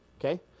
okay